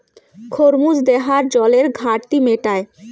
খরমুজ দেহার জলের ঘাটতি মেটায়